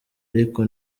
ariko